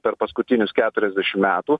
per paskutinius keturiasdešim metų